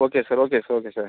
okay sir okay sir okay sir